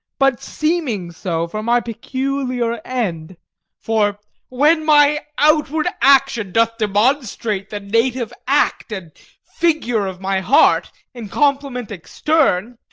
but seeming so for my peculiar end for when my outward action doth demonstrate the native act and figure of my heart in complement extern,